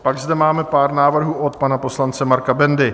Pak zde máme pár návrhů od pana poslance Marka Bendy.